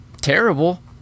terrible